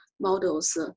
models